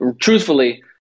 truthfully